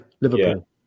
Liverpool